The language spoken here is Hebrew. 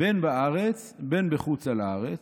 "בין בארץ בין בחוצה לארץ,